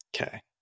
Okay